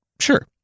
sure